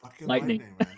lightning